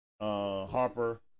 Harper